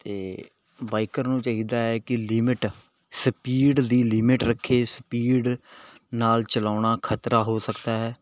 ਅਤੇ ਬਾਈਕਰ ਨੂੰ ਚਾਹੀਦਾ ਹੈ ਕਿ ਲਿਮਿਟ ਸਪੀਡ ਦੀ ਲਿਮਿਟ ਰੱਖੇ ਸਪੀਡ ਨਾਲ ਚਲਾਉਣਾ ਖ਼ਤਰਾ ਹੋ ਸਕਦਾ ਹੈ